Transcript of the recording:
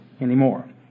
anymore